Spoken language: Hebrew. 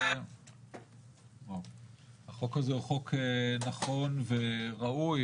החוק הזה הוא חוק נכון וראוי.